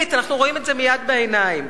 אנחנו רואים את זה מייד בעיניים.